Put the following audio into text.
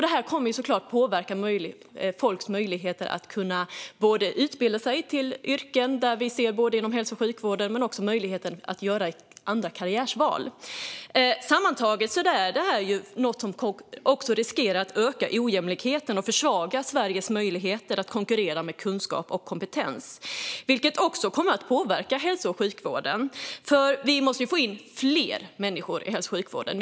Det här kommer såklart att påverka folks möjligheter att både utbilda sig till yrken inom hälso och sjukvården och att göra ett andra karriärsval. Sammantaget är det här något som också riskerar att öka ojämlikheten och försvaga Sveriges möjligheter att konkurrera med kunskap och kompetens, vilket också kommer att påverka hälso och sjukvården. Vi måste ju få in fler människor i hälso och sjukvården.